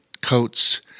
coats